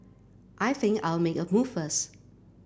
I think I'll make a move first